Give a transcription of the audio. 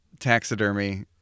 Taxidermy